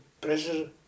pressure